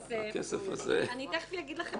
תכף אומר לכם כמה בדיוק.